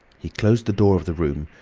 he closed the door of the room,